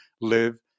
live